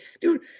dude